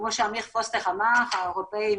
כמו שאמיר פוסטר אמר, האירופאים